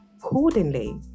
accordingly